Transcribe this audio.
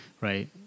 Right